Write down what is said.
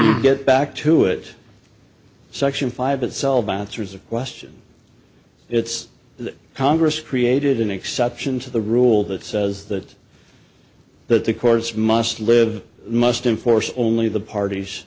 we get back to it section five itself answers of question it's that congress created an exception to the rule that says that that the courts must live must in force only the parties